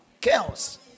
chaos